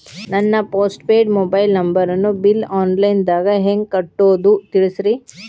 ನನ್ನ postpaid mobile ನಂಬರನ್ನು bill online ದಾಗ ಹೆಂಗ್ ಕಟ್ಟೋದು ತಿಳಿಸ್ರಿ